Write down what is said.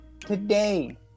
today